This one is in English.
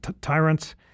tyrants